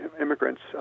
immigrants